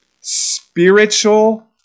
spiritual